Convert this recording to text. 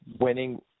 winning